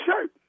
shirt